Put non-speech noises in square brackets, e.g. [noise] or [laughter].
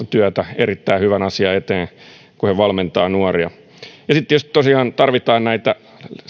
[unintelligible] työtä erittäin hyvän asian eteen kun he valmentavat nuoria ja sitten tosiaan tarvitaan näitä